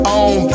on